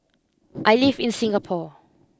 I live in Singapore